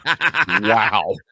Wow